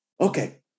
okay